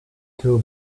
till